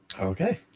Okay